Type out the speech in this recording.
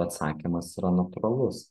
atsakymas yra natūralus